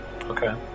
Okay